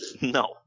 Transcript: No